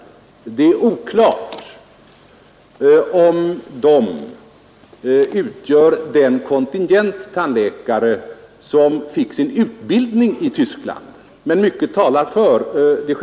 Det är oklart huruvida de utgör den kontingent tandläkare som fick sin utbildning i Tyskland, men mycket talar för det.